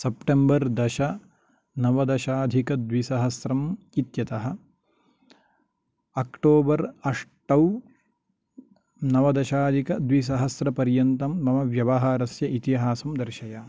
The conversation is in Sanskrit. सप्टेम्बर् दश नवदशादिकद्विसहस्रम् इत्यतः ओक्टोबर् अष्टौ नवदशादिकद्विसहस्रपर्यन्तं मम व्यवहारस्य इतिहासं दर्शय